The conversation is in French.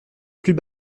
plus